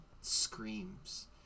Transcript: screams